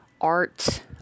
art